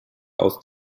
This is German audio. aus